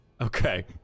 Okay